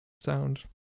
sound